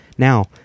Now